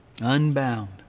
Unbound